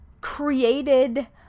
created